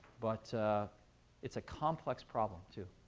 but it's a complex problem too.